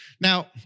Now